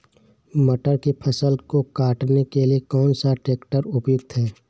मटर की फसल को काटने के लिए कौन सा ट्रैक्टर उपयुक्त है?